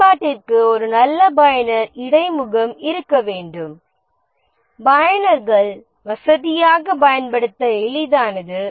பயன்பாட்டிற்கு ஒரு நல்ல பயனர் இடைமுகம் இருக்க வேண்டும் பயனர்கள் வசதியாக பயன்படுத்த எளிதானது